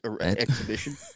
exhibition